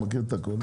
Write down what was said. הוא מכיר את הכל,